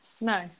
no